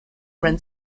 run